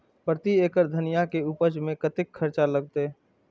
प्रति एकड़ धनिया के उपज में कतेक खर्चा लगते?